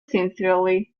sincerely